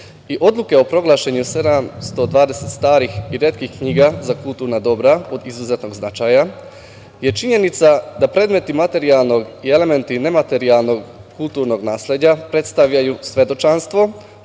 i Odluke o proglašenju 720 starih i retkih knjiga za kulturna dobra od izuzetnog značaja je činjenica da predmeti materijalnog i elementi nematerijalnog kulturnog nasleđa predstavljaju svedočanstvo